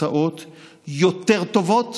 תוצאות יותר טובות